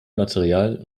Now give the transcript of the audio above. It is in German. material